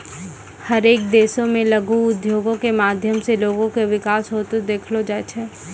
हरेक देशो मे लघु उद्योगो के माध्यम से लोगो के विकास होते देखलो जाय छै